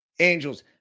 Angels